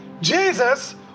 Jesus